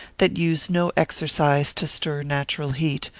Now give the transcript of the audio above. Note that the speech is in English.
that use no exercise to stir natural heat,